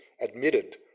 admitted